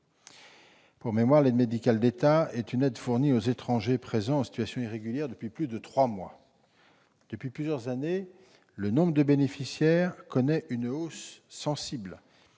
Pour mémoire, l'AME est une aide fournie aux étrangers présents en France, en situation irrégulière, depuis plus de trois mois. Depuis plusieurs années, le nombre de ses bénéficiaires connaît une hausse sensible.